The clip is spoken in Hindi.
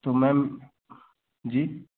तो मैम जी